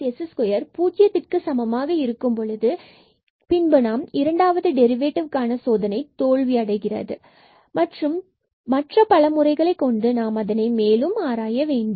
rt s2 பூஜ்ஜியத்துக்கு சமமாக இருக்கும் பொழுது பின்பு இரண்டாவது டெரிவேடிவ்க்கான சோதனை தோல்வியடைகிறது மற்றும் மற்ற பல முறைகளை கொண்டு நாம் அதை மேலும் ஆராய வேண்டும்